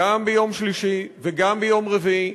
גם ביום שלישי וגם ביום רביעי,